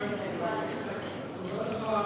תודה לך,